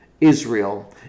Israel